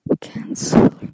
cancel